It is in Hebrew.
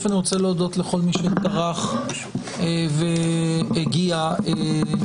אני רוצה להודות לכל מי שטרח והגיע לדיון.